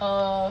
err